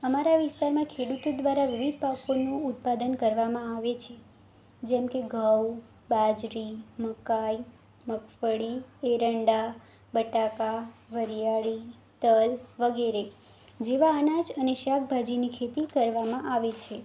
અમારા વિસ્તારમાં ખેડૂતો દ્વારા વિવિધ પાકોનું ઉત્પાદન કરવામાં આવે છે જેમ કે ઘઉં બાજરી મકાઇ મગફળી એરંડા બટાકા વરિયાળી તલ વગેરે જેવા અનાજ અને શાકભાજીની ખેતી કરવામાં આવે છે